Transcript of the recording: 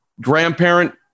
grandparent